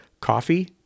coffee